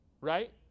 right